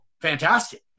fantastic